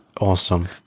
awesome